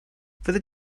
fyddet